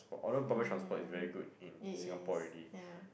hmm it is yeah